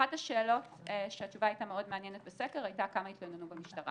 אחת השאלות שהתשובה הייתה מאוד מעניינת בסקר הייתה כמה התלוננו במשטרה